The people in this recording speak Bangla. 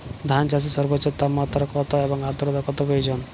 ধান চাষে সর্বোচ্চ তাপমাত্রা কত এবং আর্দ্রতা কত প্রয়োজন?